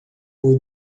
por